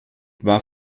war